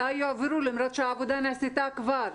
מתי יועברו למרות שהעבודה נעשתה כבר.